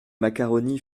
macaroni